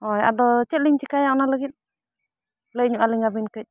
ᱦᱳᱭ ᱟᱫᱚ ᱪᱮᱫᱞᱤᱧ ᱪᱤᱠᱟᱹᱭᱟ ᱚᱱᱟ ᱞᱟᱹᱜᱤᱫ ᱞᱟᱹᱭ ᱧᱚᱜ ᱟᱹᱞᱤᱧ ᱟᱹᱵᱤᱱ ᱠᱟᱹᱡ